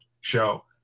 show